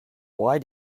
why